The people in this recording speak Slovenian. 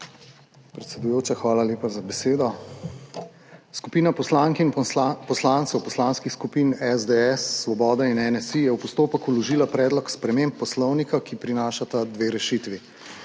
Predsedujoča, hvala lepa za besedo. Skupina poslank in poslancev poslanskih skupin SDS, Svoboda in NSi je v postopek vložila predlog sprememb Poslovnika, ki prinaša dve rešitvi.